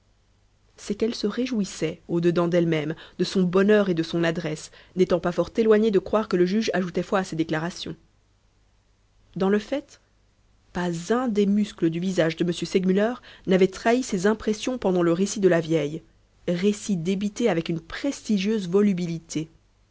c'est qu'elle se réjouissait au-dedans d'elle-même de son bonheur et de son adresse n'étant pas fort éloignée de croire que le juge ajoutait foi à ses déclarations dans le fait pas un des muscles du visage de m segmuller n'avait trahi ses impressions pendant le récit de la vieille récit débité avec une prestigieuse volubilité